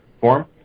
form